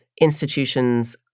institutions